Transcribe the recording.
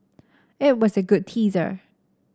it was a good teaser